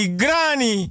granny